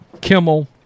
Kimmel